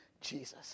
Jesus